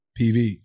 PV